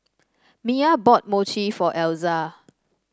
Mya bought Mochi for Elza